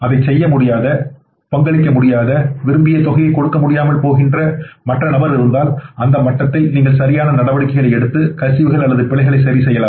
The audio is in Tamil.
அதைச் செய்ய முடியாத பங்களிக்க முடியாத விரும்பிய தொகையை கொடுக்க முடியாமல் போகிற மற்ற நபர் இருந்தால் அந்த மட்டத்தில் நீங்கள் சரியான நடவடிக்கைகளை எடுத்து கசிவுகள் அல்லது பிழைகளை சரி செய்யலாம்